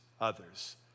others